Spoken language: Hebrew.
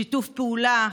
שיתוף פעולה,